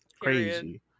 Crazy